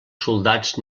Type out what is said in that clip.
soldats